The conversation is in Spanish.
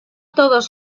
todos